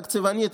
תקציבנית,